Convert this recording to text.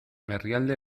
herrialde